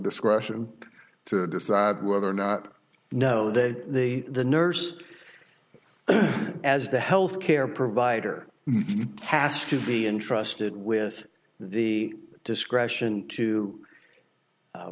discretion to decide whether or not know that the the nurse as the health care provider has to be entrusted with the discretion to